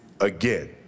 again